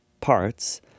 parts